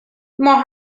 ماه